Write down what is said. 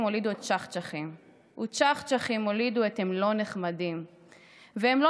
הולידו את צ'חצ'חים / וצ'חצ'חים הולידו את הם לא נחמדים / והם לא